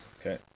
Okay